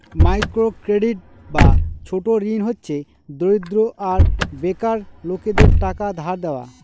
micro credit বা ছোট ঋণ হচ্ছে দরিদ্র আর বেকার লোকেদের টাকা ধার দেওয়া